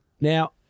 Now